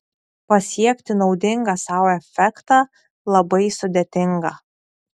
pasiekti naudingą sau efektą labai sudėtinga